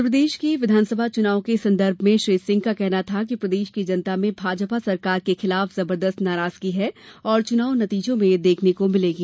मध्यप्रदेश के विधानसभा चुनाव के सन्दर्भ में श्री सिंह का कहना था कि प्रर्देश की जनता में भाजपा सरकार के खिलाफ जबर्देस्त नाराजगी है और चुनाव नतीजों में यह देखने को मिलेगी